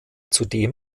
zudem